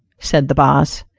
said the boss.